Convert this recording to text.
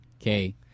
Okay